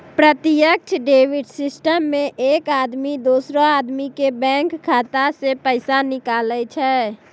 प्रत्यक्ष debit system मे एक आदमी दोसरो आदमी के बैंक खाता से पैसा निकाले छै